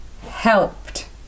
Helped